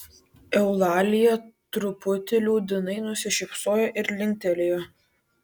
eulalija truputį liūdnai nusišypsojo ir linktelėjo